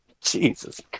Jesus